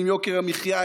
עם יוקר המחיה,